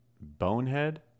bonehead